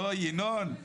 ינון,